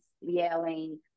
yelling